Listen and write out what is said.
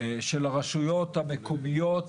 של הרשויות המקומיות,